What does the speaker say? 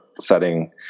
setting